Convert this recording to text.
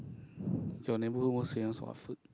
so your neighbourhood famous for what food